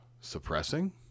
suppressing